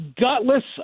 gutless